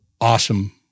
awesome